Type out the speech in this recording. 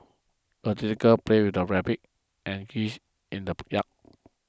the little girl played with her rabbit and geese in the yard